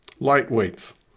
Lightweights